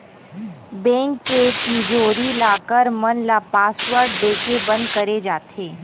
bank के तिजोरी, locker मन ल पासवर्ड देके बंद करे जाथे